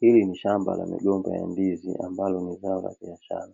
Hili ni shamba la migomba ya ndizi ambalo ni zao la biashara.